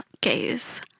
gaze